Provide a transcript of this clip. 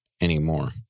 anymore